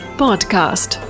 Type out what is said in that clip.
podcast